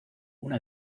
una